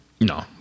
No